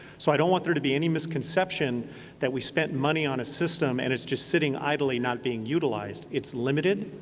so don't want there to be any misconception that we spent money on a system and it's just sitting idly not being utilized. it's limited.